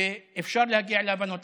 ואפשר להגיע להבנות.